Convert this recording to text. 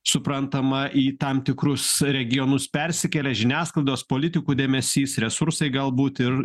suprantama į tam tikrus regionus persikėlė žiniasklaidos politikų dėmesys resursai galbūt ir